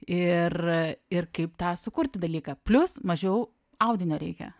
ir ir kaip tą sukurti dalyką plius mažiau audinio reikia